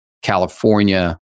California